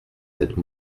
cette